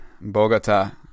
Bogota